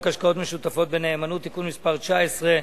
השקעות משותפות בנאמנות (תיקון מס' 19),